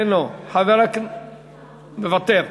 מוותר.